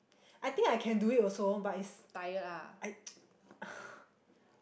I think I can do it also but it's I